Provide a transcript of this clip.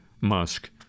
Musk